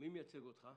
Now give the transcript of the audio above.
מי מייצג אותך?